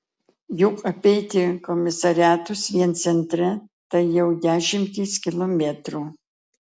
juk apeiti komisariatus vien centre tai jau dešimtys kilometrų